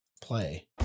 Play